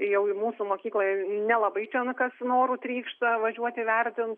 jau į mūsų mokyklą nelabai ten kas noru trykšta važiuoti vertint